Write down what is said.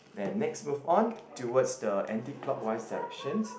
then next move on towards the anti clockwise direction